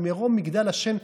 ממרום מגדל השן.